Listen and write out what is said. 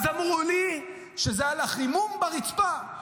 אז אמרו לי שזה על החימום ברצפה,